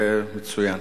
זה מצוין.